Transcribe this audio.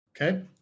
Okay